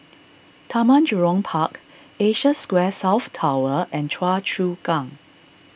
Taman Jurong Park Asia Square South Tower and Choa Chu Kang